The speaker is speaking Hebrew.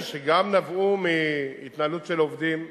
שגם נבעו מהתנהלות של עובדים.